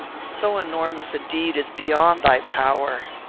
so enormous a deed is beyond thy power.